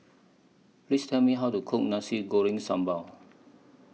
Please Tell Me How to Cook Nasi Goreng Sambal